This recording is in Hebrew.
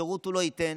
ושירות הוא לא ייתן,